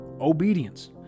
obedience